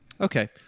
Okay